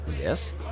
Yes